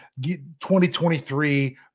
2023